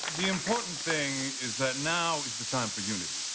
the important thing is that now is the time for unity.